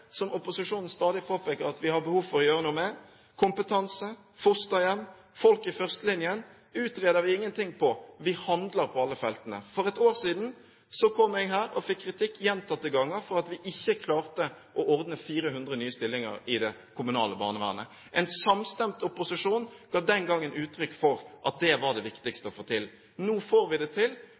opposisjonen stadig påpeker at vi har behov for å gjøre noe med, kompetanse, fosterhjem, folk i førstelinjen, utreder vi ingenting på: Vi handler på alle feltene! For et år siden kom jeg her og fikk kritikk gjentatte ganger for at vi ikke klarte å ordne 400 nye stillinger i det kommunale barnevernet. En samstemt opposisjon ga den gangen uttrykk for at det var det viktigste å få til. Nå får vi det til,